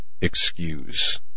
excuse